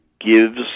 gives